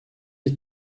you